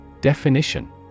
Definition